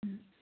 ꯎꯝ